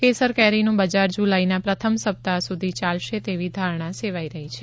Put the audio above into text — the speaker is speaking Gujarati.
કેસર કેરીનું બજાર જુલાઈના પ્રથમ સપ્તાહ સુધી ચાલશે તેવી ધારણા સેવાઈ રહી છે